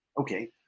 Okay